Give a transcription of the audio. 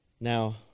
Now